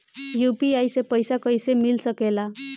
UPI से पइसा कईसे मिल सके ला?